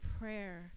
prayer